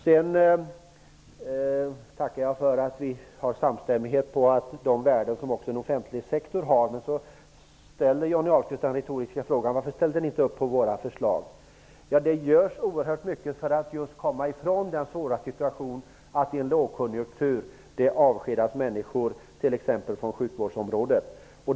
Jag tackar för att det råder samstämmighet om den offentliga sektorns värden. Men så ställer Johnny Ahlqvist den retoriska frågan: Varför ställde ni inte upp på våra förslag? Ja, det görs oerhört mycket för att just komma ifrån den svåra situationen att det i en lågkonjunktur avskedas människor, t.ex. på sjukvårdsområdet.